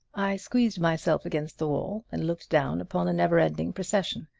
i squeezed myself against the wall and looked down upon the never-ending procession.